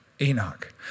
Enoch